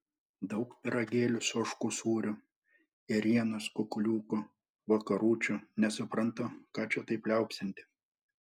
daug pyragėlių su ožkų sūriu ėrienos kukuliukų vakaručių nesuprantu ką čia taip liaupsinti